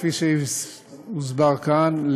כפי שהוסבר כאן,